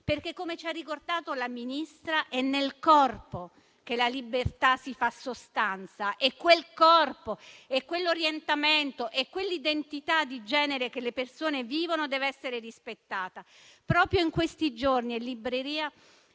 perché, come ci ha ricordato la Ministra, è nel corpo che la libertà si fa sostanza e quel corpo, quell'orientamento e quell'identità di genere che le persone vivono devono essere rispettati. Proprio in questi giorni è in libreria